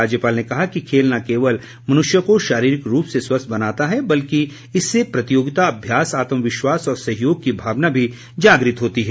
राज्यपाल ने कहा कि खेल न केवल मनुष्य को शारीरिक रूप से स्वस्थ बनाता है बल्कि इससे प्रतियोगिता अभ्यास आत्म विश्वास और सहयोग की भावना भी जागृत होती है